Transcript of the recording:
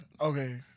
Okay